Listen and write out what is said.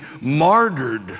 martyred